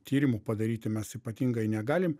tyrimų padaryti mes ypatingai negalim